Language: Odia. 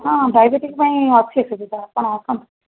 ହଁ ଡାଇବେଟିସ ପାଇଁ ଅଛି ସୁବିଧା ଆପଣ ଆସନ୍ତୁ